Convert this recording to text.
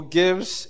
gives